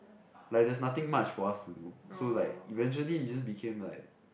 like there's nothing much for us to do so like eventually it's just became like